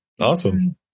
Awesome